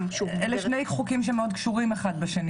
אלו שני חוקים שמאוד קשורים אחד לשני,